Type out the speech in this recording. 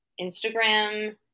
Instagram